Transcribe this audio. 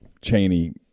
Cheney